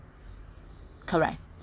correct